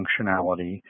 functionality